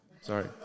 sorry